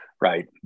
Right